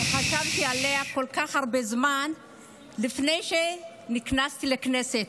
חשבתי עליה כל כך הרבה זמן לפני שנכנסתי לכנסת.